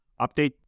update